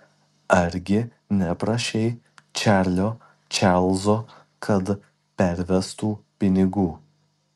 argi neprašei čarlio čarlzo kad pervestų pinigų